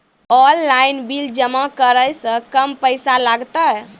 Online bill जमा करै से कम पैसा लागतै?